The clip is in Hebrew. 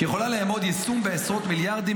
-- שיכולה לאמוד יישום בעשרות מיליארדים